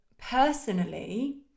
personally